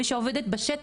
בתור מי שעובדת בשטח,